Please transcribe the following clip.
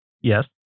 Yes